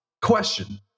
Question